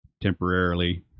temporarily